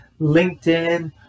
LinkedIn